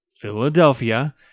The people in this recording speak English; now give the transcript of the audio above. Philadelphia